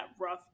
rough